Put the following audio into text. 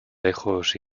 lejos